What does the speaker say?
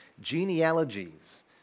genealogies